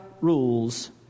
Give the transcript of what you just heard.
rules